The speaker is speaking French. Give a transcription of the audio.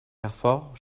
carfor